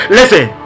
Listen